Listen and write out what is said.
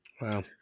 wow